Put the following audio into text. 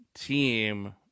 team